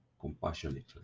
compassionately